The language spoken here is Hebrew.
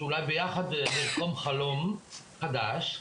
שאולי ביחד נרקום חלום חדש,